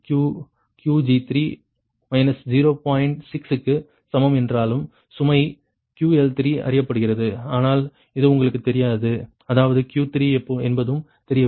6 க்கு சமம் என்றாலும் சுமை QL3 அறியப்படுகிறது ஆனால் இது உங்களுக்கு தெரியாதது அதாவது Q3 என்பதும் தெரியவில்லை